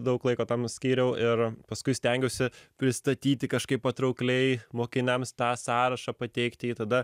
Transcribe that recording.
daug laiko tam skyriau ir paskui stengiausi pristatyti kažkaip patraukliai mokiniams tą sąrašą pateikti jį tada